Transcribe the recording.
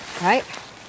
Right